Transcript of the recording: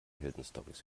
heldenstorys